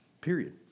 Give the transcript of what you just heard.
Period